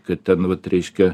kad ten vat reiškia